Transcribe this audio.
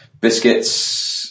biscuits